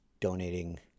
donating